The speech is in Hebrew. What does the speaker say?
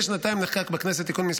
כנסת נכבדה,